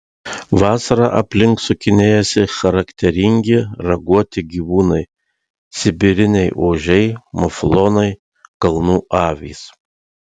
vasarą aplink sukinėjasi charakteringi raguoti gyvūnai sibiriniai ožiai muflonai kalnų avys